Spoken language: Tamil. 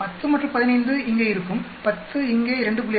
10 மற்றும் 15 இங்கே இருக்கும் 10 இங்கே 2